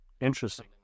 Interesting